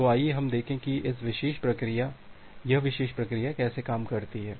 तो आइए हम देखें कि यह विशेष प्रक्रिया कैसे काम करती है